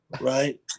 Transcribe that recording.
right